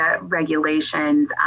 regulations